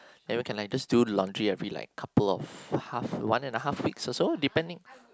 and we can like just do laundry a bit like couple of half one and a half weeks or so depending